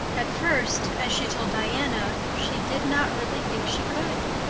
at first, as she told diana, she did not really think she could.